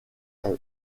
est